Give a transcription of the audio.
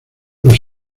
los